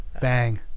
Bang